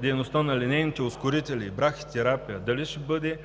дейността на линейните ускорители – брахитерапия, дали ще бъде